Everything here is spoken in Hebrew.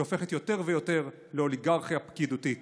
שהופכת יותר ויותר לאוליגרכיה פקידותית.